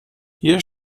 hier